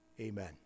Amen